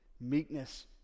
meekness